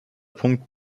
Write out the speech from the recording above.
punkt